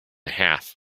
half